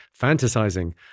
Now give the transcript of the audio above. fantasizing